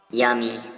yummy